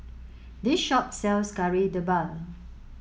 this shop sells Kari Debal